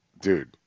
dude